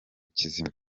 kizima